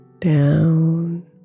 down